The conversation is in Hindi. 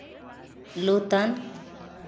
नूतन